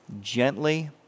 gently